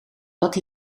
wat